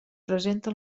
presenta